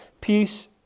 peace